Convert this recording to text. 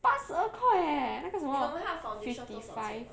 八十二块 eh 那个什么 fifty five